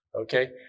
okay